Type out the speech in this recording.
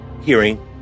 hearing